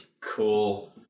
Cool